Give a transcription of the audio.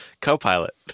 Co-pilot